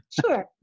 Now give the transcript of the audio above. sure